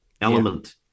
element